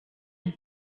have